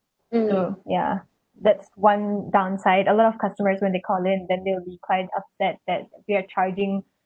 so ya that's one downside a lot of customers when they call in then they'll be quite upset that they're charging